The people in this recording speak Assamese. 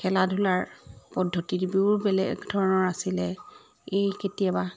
খেলা ধূলাৰ পদ্ধতিবোৰো বেলেগ ধৰণৰ আছিলে ই কেতিয়াবা